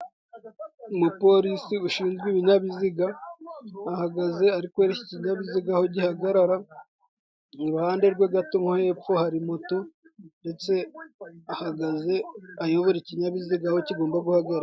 Umupolisi ushinzwe ibinyabiziga, ahagaze ari kwereka ikinyabiziga aho gihagarara, iruhande rwe gato nko hepfo hari moto, ndetse ahagaze ayobora ikinyabiziga aho kigomba guhagarara.